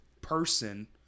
person